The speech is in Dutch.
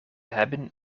hebben